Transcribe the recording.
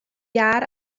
iâr